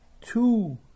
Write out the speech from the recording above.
two